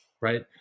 right